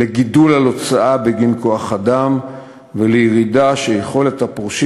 לגידול בהוצאה בגין כוח-אדם ולירידה של יכולת הפורשים